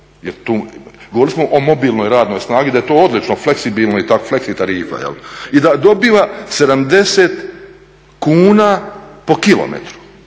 Brod, govorili smo o mobilnoj radnoj snazi, da je to odlično, fleksibilno, fleksi tarifa, i da dobiva 70 kuna po kilometru,